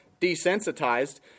desensitized